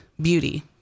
Beauty